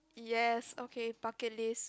yes okay bucket list